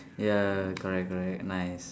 ya correct correct nice